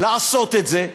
לעשות את זה,